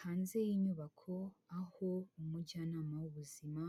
Hanze y'inyubako aho umujyanama w'ubuzima